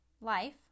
life